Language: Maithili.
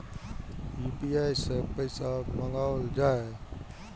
यू.पी.आई सै पैसा मंगाउल जाय?